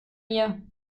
mir